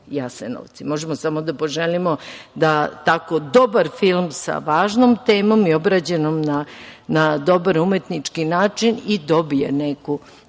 možemo samo da poželimo da tako dobar film sa važnom temom, obrađenom na dobar umetnički način i dobije neku od